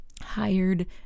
hired